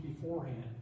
beforehand